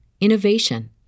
innovation